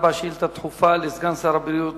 104, שאילתא דחופה לסגן שר הבריאות,